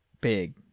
big